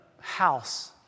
house